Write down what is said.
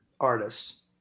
artists